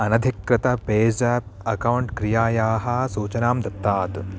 अनधिक्कृतपेज़ाप् account क्रियायाः सूचनां दत्तात्